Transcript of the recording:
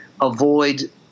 avoid